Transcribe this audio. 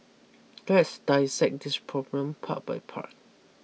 let's dissect this problem part by part